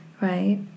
right